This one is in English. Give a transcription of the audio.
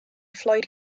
floyd